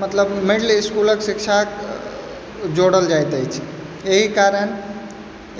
मतलब मिडिल इसकुलक शिक्षा जोड़ल जाइत अछि एहि कारण